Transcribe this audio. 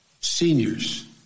Seniors